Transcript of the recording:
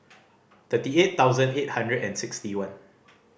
thirty eight thousand eight hundred and sixty one